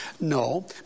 no